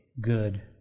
good